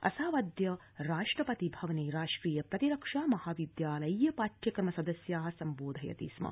असावद्य राष्ट्रपति भवने राष्ट्रिय प्रतिरक्षा महाविद्यालयीय पाठ्यक्रम सदस्या सम्बोधयति स्म